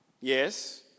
Yes